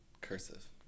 Cursive